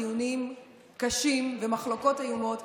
במשך חודשים ניהלנו דיונים קשים ומחלוקות איומות.